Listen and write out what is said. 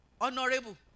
Honorable